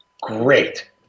Great